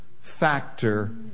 factor